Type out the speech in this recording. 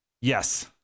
Yes